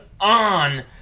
on